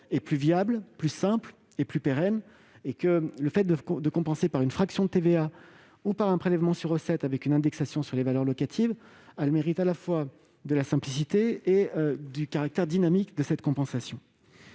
est plus viable, plus simple et plus pérenne. Le fait de compenser par une fraction de TVA ou par un prélèvement sur recettes avec une indexation sur les valeurs locatives a le mérite à la fois de la simplicité et du dynamisme. Quatrièmement-